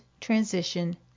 transition